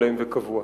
הולם וקבוע.